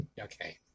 okay